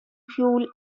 fuel